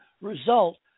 result